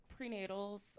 prenatals